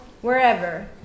wherever